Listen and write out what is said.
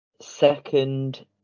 second